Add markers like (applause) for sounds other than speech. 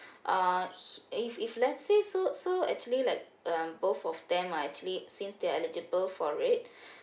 uh he if if let's say so so actually like um both of them are actually since they're eligible for it (breath)